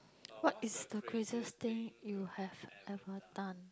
what is the craziest thing you have ever done